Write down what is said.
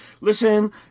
listen